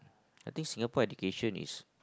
I thinks Singapore education is